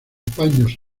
paños